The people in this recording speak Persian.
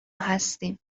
هستیم